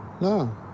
No